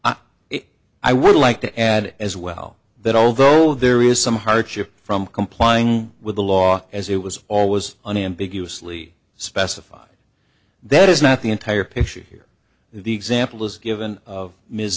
i would like to add as well that although there is some hardship from complying with the law as it was all was unambiguous lee specified that is not the entire picture here the example is given of ms